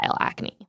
acne